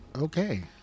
Okay